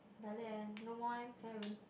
like that leh no more eh Karen